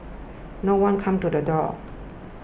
no one came to the door